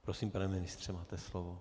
Prosím, pane ministře, máte slovo.